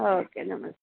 okay ನಮಸ್ತೆ